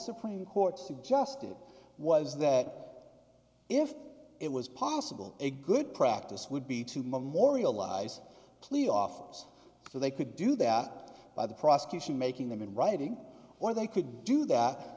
supreme court suggested was that if it was possible a good practice would be to memorialize police officers so they could do that by the prosecution making them in writing or they could do that